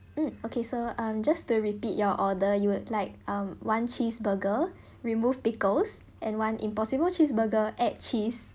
mm okay so um just to repeat your order you would like um one cheese burger remove pickles and one impossible cheeseburger add cheese